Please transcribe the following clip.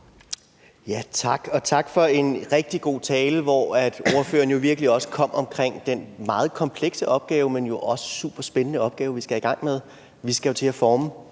tak for en rigtig god tale, hvor ordføreren virkelig også kom omkring den meget komplekse, men jo også superspændende opgave, vi skal i gang med. Vi skal jo til at forme